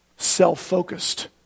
self-focused